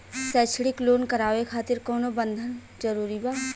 शैक्षणिक लोन करावे खातिर कउनो बंधक जरूरी बा?